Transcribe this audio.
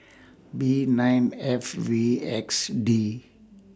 B nine F V X D